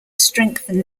strengthen